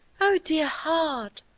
oh, dear heart,